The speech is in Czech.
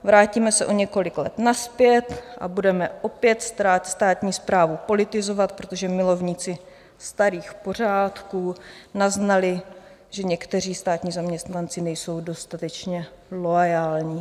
Vrátíme se o několik let nazpět a budeme opět státní správu politizovat, protože milovníci starých pořádků naznali, že někteří státní zaměstnanci nejsou dostatečně loajální.